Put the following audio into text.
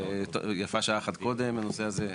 ויפה שעה אחת קודם בנושא הזה.